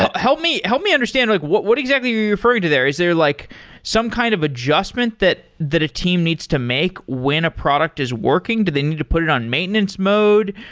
help me help me understand. like what what exactly are you referring to there? is there like some kind of adjustment that that a team needs to make when a product is working? do they need to put it on maintenance mode?